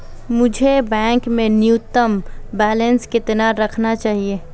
मुझे बैंक में न्यूनतम बैलेंस कितना रखना चाहिए?